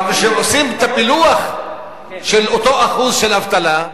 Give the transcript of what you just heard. כשעושים את הפילוח של אותו אחוז של אבטלה,